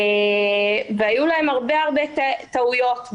היו להם הרבה טעויות.